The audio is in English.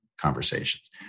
conversations